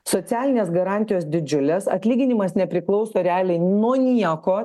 socialinės garantijos didžiulės atlyginimas nepriklauso realiai nuo nieko